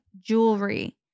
jewelry